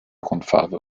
grundfarbe